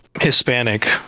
hispanic